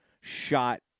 shot